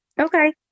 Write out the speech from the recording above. Okay